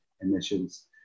emissions